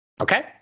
Okay